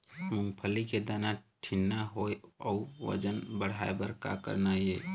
मूंगफली के दाना ठीन्ना होय अउ वजन बढ़ाय बर का करना ये?